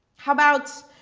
how about,